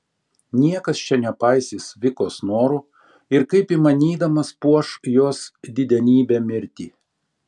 niekas čia nepaisys vikos norų ir kaip įmanydamas puoš jos didenybę mirtį